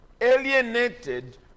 alienated